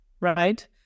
right